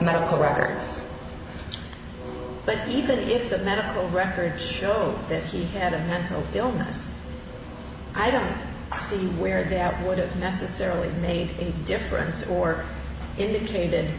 medical records but even if the medical records show that he had an illness i don't see where that would have necessarily made a difference or indicated